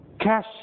cash